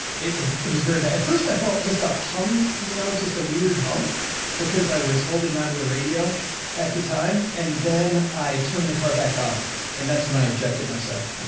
it, it was very bad but at first i felt just a hum you know, just a weird hum because i was holding onto the radio at the time. and then i turned the car back off and that's when i ejected myself.